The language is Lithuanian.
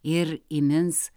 ir įmins